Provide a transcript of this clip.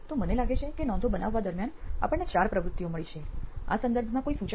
તો મને લાગે છે કે નોંધો બનાવવા દરમિયાન આપણને ચાર પ્રવૃત્તિઓ મળી છે આ સંદર્ભમાં કોઈ સૂચનો છે